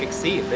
like see.